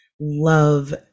love